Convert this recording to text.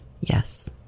yes